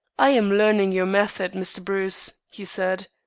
i am learning your method, mr. bruce, he said.